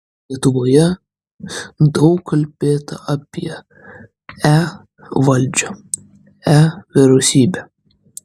lietuvoje daug kalbėta apie e valdžią e vyriausybę